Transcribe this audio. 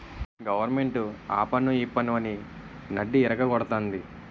government ఆపన్ను ఈపన్ను అని నడ్డిరగ గొడతంది